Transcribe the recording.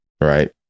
right